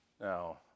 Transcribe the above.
Now